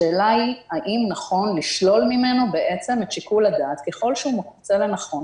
השאלה האם נכון לשלול ממנו את שיקול הדעת ככל שהוא מוצא לנכון